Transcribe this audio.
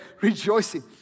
rejoicing